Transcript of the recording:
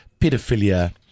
pedophilia